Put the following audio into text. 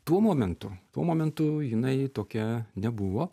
tuo momentu tuo momentu jinai tokia nebuvo